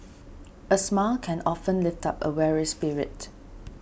a smile can often lift up a weary spirit